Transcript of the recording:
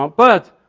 um but,